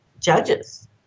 judges